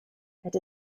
had